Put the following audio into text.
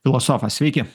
filosofas sveiki